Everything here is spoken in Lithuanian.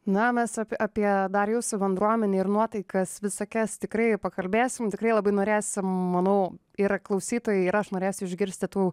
na mes apie apie dar jau su bendruomenę ir nuotaikas visokias tikrai pakalbėsim tikrai labai norės manau ir klausytojai ir aš norėsiu išgirsti tų